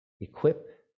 equip